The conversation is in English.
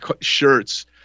shirts